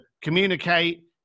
communicate